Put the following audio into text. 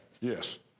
yes